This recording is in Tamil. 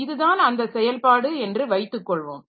இதுதான் அந்த செயல்பாடு என்று வைத்துக்கொள்வோம்